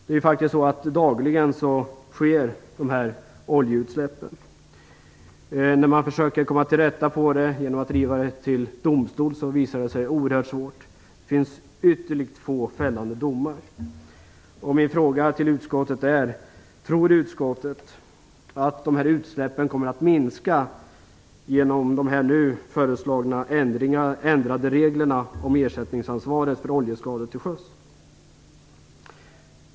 Det sker faktiskt oljeutsläpp dagligen. Att försöka komma till rätta med detta genom att driva fallen till domstol har visat sig vara oerhört svårt. Det är ytterligt få domar som är fällande. Min fråga till utskottet är: Tror utskottet att utsläppen kommer att minska genom de nu föreslagna ändrade reglerna om ersättningsansvaret för oljeskador till sjöss?